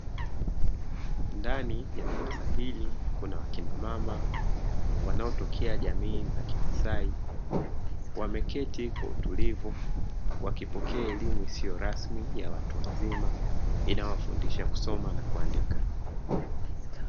Ndani ya darasa hili kuna wakina mama wanaotokea jamii za kimasai, wameketi kwa utulivu wakipokea elimu isiyo rasmi ya watu wazima, inawafundisha kusoma na kuandika.